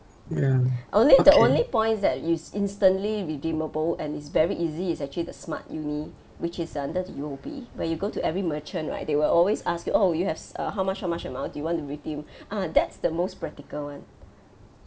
only the only points that you s~ instantly redeemable and is very easy is actually the smart uni which is under the U_O_B where you go to every merchant right they will always ask you oh you have s~ uh how much how much amount do you want to redeem ah that's the most practical one